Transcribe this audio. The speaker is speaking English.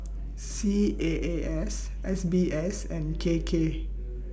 C A A S S B S and K K